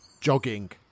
Jogging